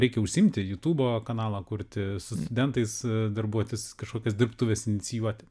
reikia užsiimti jutubo kanalą kurti su studentais darbuotis kažkokias dirbtuves inicijuoti